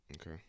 Okay